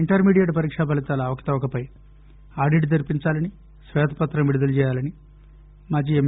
intermediate పరీకా ఫలితాల అవకతవకలపైన ఆడిట్ జరిపించాలని శ్వేత పత్రం విడుదల చేయాలని మాజీ ఎమ్